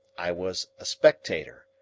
i was a spectator.